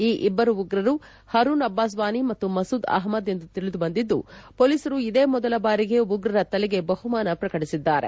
ಈ ಇಬ್ಲರು ಉಗ್ರರು ಹರೂನ್ ಅಬ್ಲಾಸ್ ವಾನಿ ಹಾಗೂ ಮಸೂದ್ ಅಹಮದ್ ಎಂದು ತಿಳಿದುಬಂದಿದ್ದು ಪೊಲೀಸರು ಇದೆ ಮೊದಲ ಬಾರಿಗೆ ಉಗ್ರರ ತಲೆಗೆ ಬಹುಮಾನ ಪ್ರಕಟಿಸಿದ್ದಾರೆ